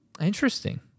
Interesting